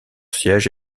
siège